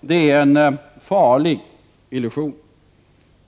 Det är en farlig illusion.